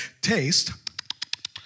Taste